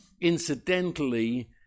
Incidentally